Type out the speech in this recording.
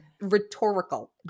rhetorical